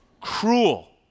cruel